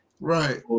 Right